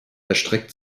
erstreckt